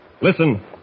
Listen